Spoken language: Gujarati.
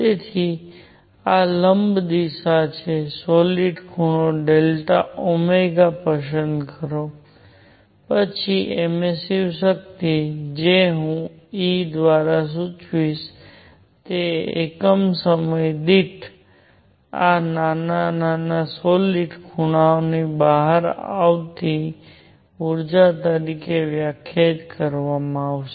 તેથી આ લંબ દિશા છે સોલીડ ખૂણો ΔΩ પસંદ કરો પછી એમિસ્સીવ શક્તિ જે હું e દ્વારા સૂચવીશ તે એકમ સમય દીઠ આ નાના સોલીડ ખૂણામાં બહાર આવતી ઊર્જા તરીકે વ્યાખ્યાયિત કરવામાં આવે છે